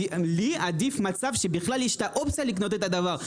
עדיף מצב שבכלל יש את האופציה לקנות את הדבר,